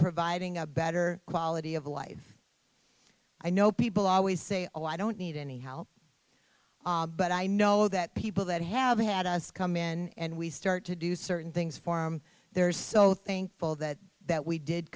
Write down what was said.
providing a better quality of life i know people always say oh i don't need any help but i know that people that have had us come in and we start to do certain things form there so thankful that that we did